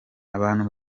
abantu